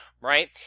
right